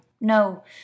No